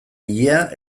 ilea